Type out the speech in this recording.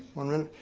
one minute?